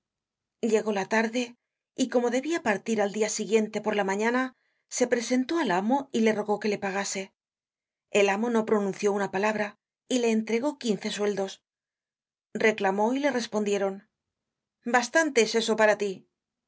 llegó la tarde y como debia partir al siguiente dia por la mañana se presentó al amo y le rogó que le pagase el amo no pronunció una palabra y le entregó quince sueldos reclamó y le respondieron bastante es eso para tí